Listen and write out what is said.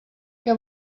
què